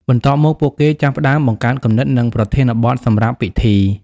បន្ទាប់មក ពួកគេចាប់ផ្តើមបង្កើតគំនិត និងប្រធានបទសម្រាប់ពិធី។